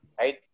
right